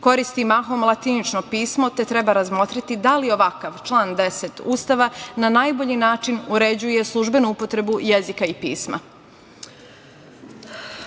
koristi mahom latinično pismo, te treba razmotriti da li ovakav član 10. Ustava na najbolji način uređuje službenu upotrebu jezika i